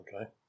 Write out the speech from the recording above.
okay